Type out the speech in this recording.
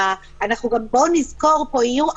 אנחנו מדברים על